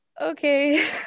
okay